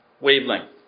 wavelength